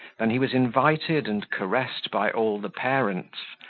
than he was invited and caressed by all the parents,